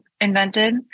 invented